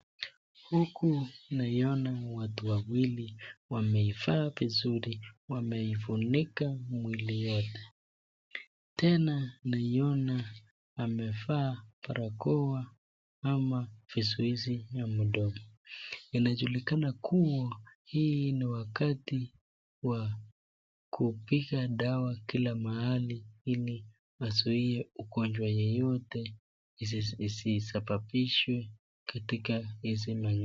Huku naiona watu wawili wameivaa vizuri, wameifunika mwili yote. Tena naiona amevaa barakoa ama vizuizi ya mdomo. Inajuklikana kuwa hii ni wakati wa kupiga dawa kila mahali ili azuie ugonjwa yeyote isisababishwe katika hizi manyumba.